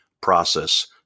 process